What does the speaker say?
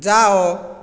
ଯାଅ